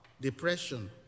depression